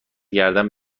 گردن